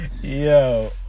Yo